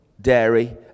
dairy